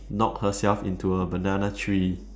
knock herself into a banana tree